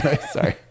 sorry